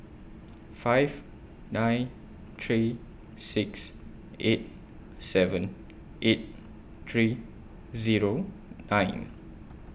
five nine three six eight seven eight three Zero nine